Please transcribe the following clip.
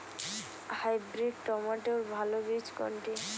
Hybrid টমেটোর ভালো বীজ কোনটি?